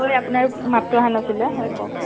হয় আপোনাৰ মাতটো অহা নাচিলে হয় কওক